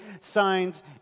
signs